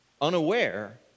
unaware